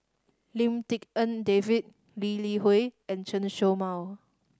Lim Tik En David Lee Li Hui and Chen Show Mao